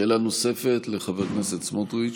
שאלה נוספת לחבר הכנסת סמוטריץ'.